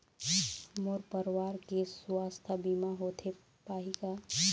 मोर परवार के सुवास्थ बीमा होथे पाही का?